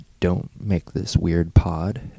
don'tmakethisweirdpod